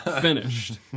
finished